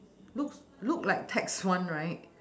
look look like tax one right